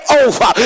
over